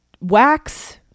wax